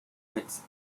wits